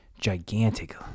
gigantic